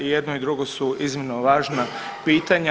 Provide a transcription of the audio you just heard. I jedno drugo su iznimno važna pitanja.